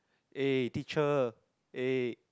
eh teacher eh